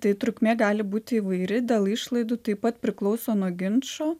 tai trukmė gali būti įvairi dėl išlaidų taip pat priklauso nuo ginčo